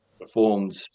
performed